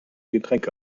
getränke